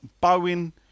Bowen